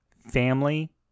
family